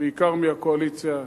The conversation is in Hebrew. בעיקר מהקואליציה,